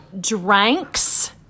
drinks